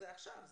זה עכשיו,